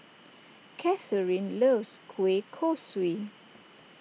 Katharine loves Kueh Kosui